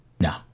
No